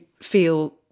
feel